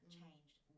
changed